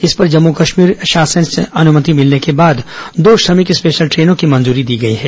इस पर जम्मू कश्मीर शासन से अनुमति के बाद दो श्रमिक स्पेशल ट्रेनों की मंजूरी दी गई है